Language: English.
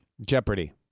Jeopardy